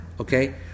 Okay